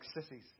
sissies